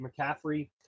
McCaffrey